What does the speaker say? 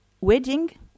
wedding